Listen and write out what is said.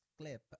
clip